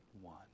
one